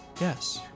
Yes